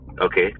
Okay